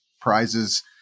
prizes